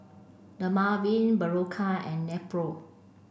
Dermaveen Berocca and Nepro